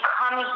come